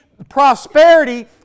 prosperity